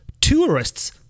tourists